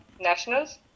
nationals